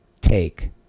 take